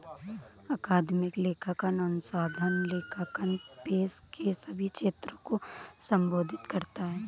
अकादमिक लेखांकन अनुसंधान लेखांकन पेशे के सभी क्षेत्रों को संबोधित करता है